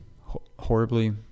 Horribly